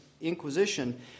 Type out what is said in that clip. Inquisition